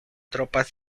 tropas